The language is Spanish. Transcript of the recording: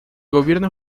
gobierno